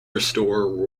restore